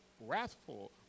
wrathful